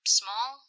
small